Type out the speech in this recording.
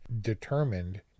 determined